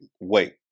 wait